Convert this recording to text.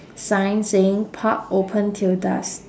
sign saying park open till dusk